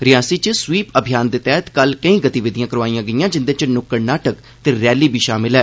रियासी च स्वीप अभियान दे तैहत कल केई गतिविधियां करोआईयां गेईआं जिंदे च नुक्कड़ नाटक ते रैली बी षामिल ऐ